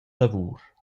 lavur